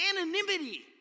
anonymity